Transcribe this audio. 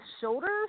shoulders